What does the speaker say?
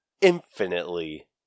infinitely